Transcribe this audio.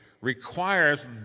requires